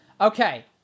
Okay